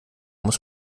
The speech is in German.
muss